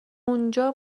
اونجا